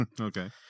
Okay